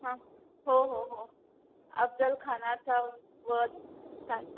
हां हो हो अफजल खानाचा वध